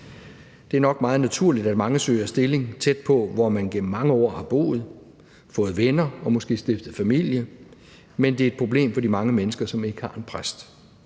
Det er nok meget naturligt, at mange søger stilling tæt på, hvor man gennem mange år har boet, fået venner og måske stiftet familie, men det er et problem for de mange mennesker, som ikke har en præst.